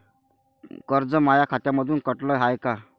कर्ज माया खात्यामंधून कटलं हाय का?